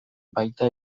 baita